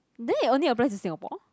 then it only applies in Singapore